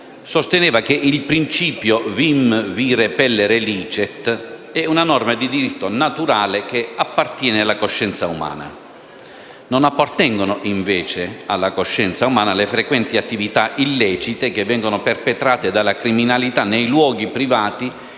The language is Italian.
sosteneva che il principio *vim vi repellere licet* è una norma di diritto naturale che appartiene alla coscienza umana. Non appartengono invece alla coscienza umana le frequenti attività illecite che vengono perpetrate dalla criminalità nei luoghi privati